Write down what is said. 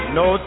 no